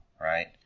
right